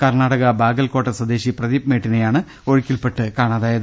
കർണാടക ബാഗൽകോട്ട സ്വദേശി പ്രദീപ് മേട്ടിനെയാണ് ഒഴു ക്കിൽപ്പെട്ട് കാണാതായത്